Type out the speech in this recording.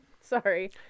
Sorry